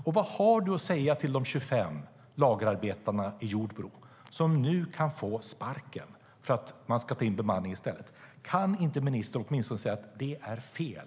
Och vad har du att säga till de 25 lagerarbetare i Jordbro som nu kan få sparken för att DHL ska anlita bemanningsföretag i stället? Kan inte ministern åtminstone säga att det är fel?